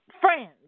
friends